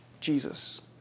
Jesus